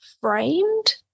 framed